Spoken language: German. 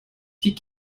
die